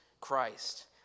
Christ